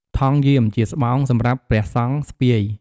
ថង់យាម ជាស្បោងសម្រាប់ព្រះសង្ឃស្ពាយ។